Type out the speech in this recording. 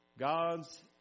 God's